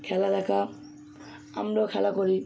খেলা দেখা আমরাও খেলা করি